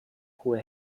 hohe